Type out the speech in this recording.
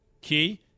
Key